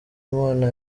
imana